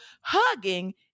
hugging